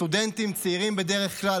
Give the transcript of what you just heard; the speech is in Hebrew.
סטודנטים צעירים בדרך כלל,